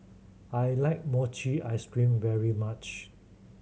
I like mochi ice cream very much